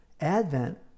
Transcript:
Advent